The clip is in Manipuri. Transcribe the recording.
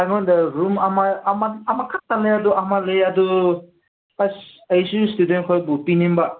ꯑꯩꯉꯣꯟꯗ ꯔꯨꯝ ꯑꯃ ꯑꯃ ꯑꯃ ꯈꯛꯇꯅꯦ ꯑꯗꯨ ꯑꯃ ꯂꯩꯌꯦ ꯑꯗꯨ ꯑꯁ ꯑꯩꯁꯨ ꯏꯁꯇꯨꯗꯦꯟꯈꯣꯏꯕꯨ ꯄꯤꯅꯤꯡꯕ